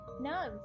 no